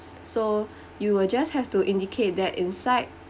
so you will just have to indicate that inside